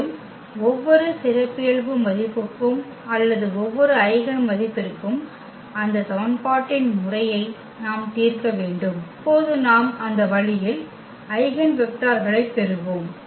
மேலும் ஒவ்வொரு சிறப்பியல்பு மதிப்புக்கும் அல்லது ஒவ்வொரு ஐகென் மதிப்பிற்கும் அந்த சமன்பாட்டின் முறையை நாம் தீர்க்க வேண்டும் இப்போது நாம் அந்த வழியில் ஐகென் வெக்டர்களைப் பெறுவோம்